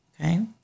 Okay